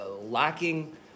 lacking